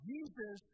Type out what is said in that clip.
Jesus